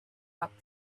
out